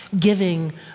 giving